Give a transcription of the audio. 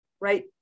right